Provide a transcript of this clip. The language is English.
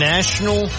National